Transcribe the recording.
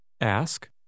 Ask